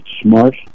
smart